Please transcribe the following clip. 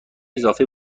اضافی